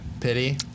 Pity